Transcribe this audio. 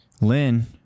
Lynn